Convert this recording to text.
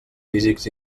físics